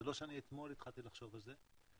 זה לא שאני אתמול התחלתי לחשוב על זה,